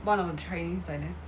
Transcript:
one of the chinese dynas~